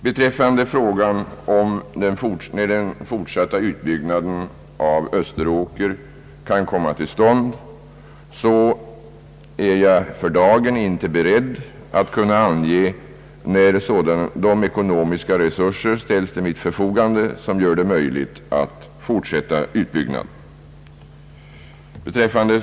Beträffande frågan när den fortsatta utbyggnaden av Österåker kan komma till stånd, är jag för dagen inte beredd att ange när de ekonomiska resurserna ställs till mitt förfogande, som gör det möjligt att fortsätta utbyggnaden.